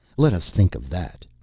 let us think of that.